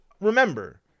remember